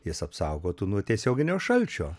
jis apsaugotų nuo tiesioginio šalčio